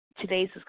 today's